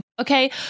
Okay